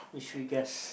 mystery guest